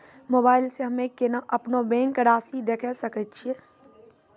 Mobile मे हम्मय केना अपनो बैंक रासि देखय सकय छियै?